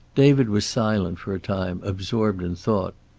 david was silent for a time, absorbed in thought.